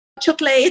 chocolate